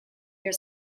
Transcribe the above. your